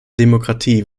demokratie